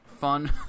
fun